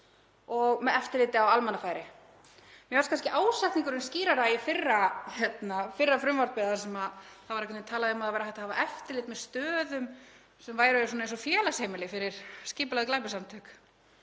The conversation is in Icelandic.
og með eftirliti á almannafæri. Mér fannst kannski ásetningurinn skýrari í fyrra frumvarpi þar sem var talað um að það væri hægt að hafa eftirlit með stöðum sem væru eins og félagsheimili fyrir skipulögð glæpasamtök.